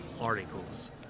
articles